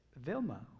Vilma